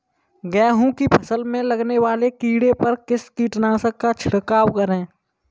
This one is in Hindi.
गेहूँ की फसल में लगने वाले कीड़े पर किस कीटनाशक का छिड़काव करें?